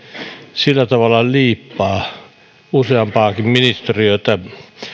sillä tavalla liippaa useampaakin ministeriötä